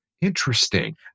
Interesting